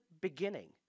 beginning